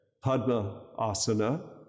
Padma-asana